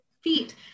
feet